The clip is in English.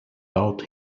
taught